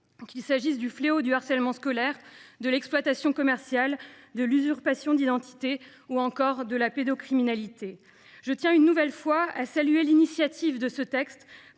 qu’il s’agisse du fléau du harcèlement scolaire, de l’exploitation commerciale, de l’usurpation d’identité ou encore de la pédocriminalité. Je tiens une nouvelle fois à saluer Bruno Studer, député